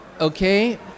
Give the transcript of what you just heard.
Okay